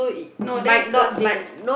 no then it's Thursday